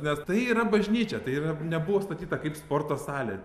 nes tai yra bažnyčia tai yra nebuvo statyta kaip sporto salė